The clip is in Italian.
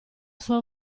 sua